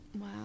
wow